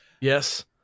Yes